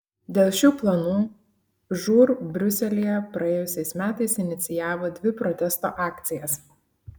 dėl šių planų žūr briuselyje praėjusiais metais inicijavo dvi protesto akcijas